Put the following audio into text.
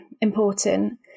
important